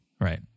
Right